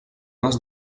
les